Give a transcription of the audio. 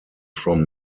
from